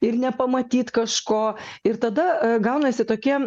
ir nepamatyt kažko ir tada gaunasi tokie